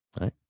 right